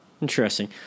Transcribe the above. Interesting